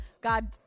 God